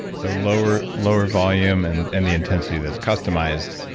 so lower lower volume and and the intensity that's customized.